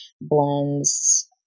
blends